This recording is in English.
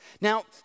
Now